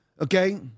okay